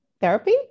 therapy